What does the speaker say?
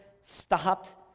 stopped